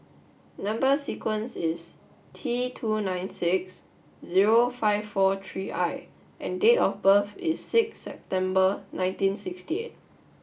number sequence is T two nine six zero five four three I and date of birth is six September nineteen sixty eight